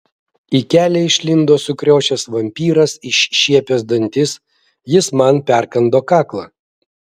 į kelią išlindo sukriošęs vampyras iššiepęs dantis jis man perkando kaklą